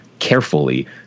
carefully